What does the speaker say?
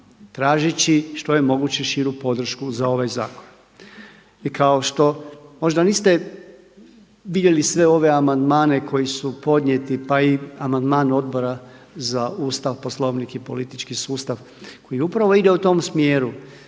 tražeći što je moguće širu podršku za ovaj zakon. I kao što možda niste vidjeli sve ove amandmane koji su podnijeti pa i amandman Odbora za Ustav, Poslovnik i politički sustav koji upravo ide u tom smjeru